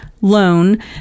loan